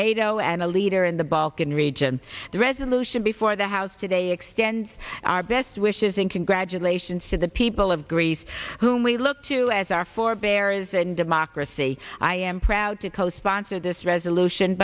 nato and a leader in the balkan region the resolution before the house today extends our best wishes and congratulations to the people of greece whom we look to as our forebears and democracy i am proud to co sponsor this resolution